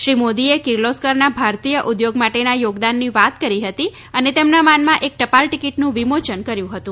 શ્રી મોદીએ કિર્લોસ્કરના ભારતીય ઉદ્યોગ માટેના યોગદાનની વાત કરી હતી અને તેમના માનમા એક ટપાલટીકીટનું વિમોચન કર્યું હતું